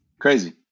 Crazy